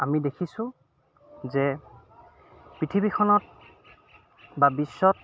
আমি দেখিছোঁ যে পৃথিৱীখনত বা বিশ্বত